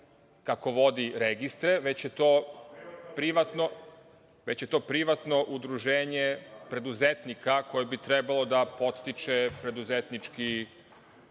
kako vodi registre, već je to privatno udruženje preduzetnika koje bi trebalo da podstiče preduzetnički